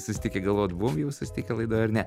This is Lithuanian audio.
susitikę galvojot buvom jau susitikę laidoje ar ne